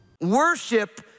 Worship